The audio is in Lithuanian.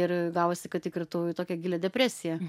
ir gavosi kad įkritau į tokią gilią depresiją